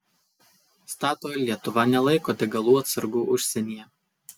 statoil lietuva nelaiko degalų atsargų užsienyje